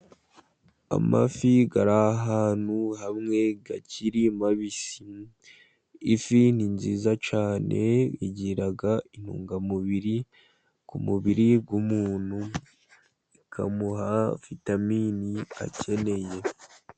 Amafi ari ahantu hamwe akiri mabisi, ifi ni nziza cyane, igira intungamubiri ku mubiri w'umuntu, ikamuha vitamini akeneye.